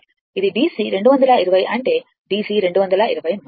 ఇది DC 220 అంటే DC 220 మాత్రమే